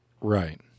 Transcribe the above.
Right